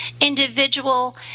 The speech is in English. individual